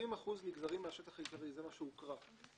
ה-20% נגזרים מהשטח העיקרי, זה מה שהוקרא.